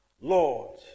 Lord